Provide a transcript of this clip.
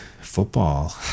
football